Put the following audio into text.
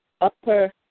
upper